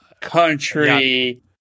country